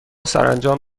سرانجام